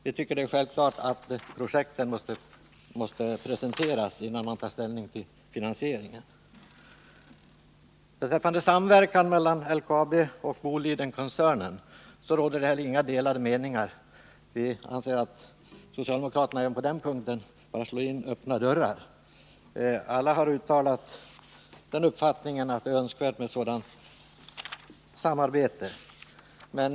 Vi tycker att projektet självfallet måste presenteras, innan man tar ställning till finansieringen. Inte heller beträffande samverkan mellan LKAB och Bolidenkoncernen råder några delade meningar. Vi anser att socialdemokraterna även på den punkten slår in öppna dörrar. Alla har uttalat den uppfattningen att det är önskvärt med ett sådant samarbete.